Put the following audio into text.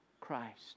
Christ